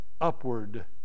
upward